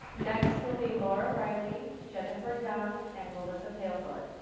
next will be laura riley, jennifer young and melissa pailthorp.